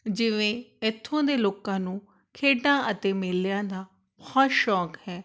ਜਿਵੇਂ ਇੱਥੋਂ ਦੇ ਲੋਕਾਂ ਨੂੰ ਖੇਡਾਂ ਅਤੇ ਮੇਲਿਆਂ ਦਾ ਬਹੁਤ ਸ਼ੌਂਕ ਹੈ